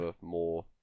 more